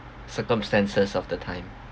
circumstances of the time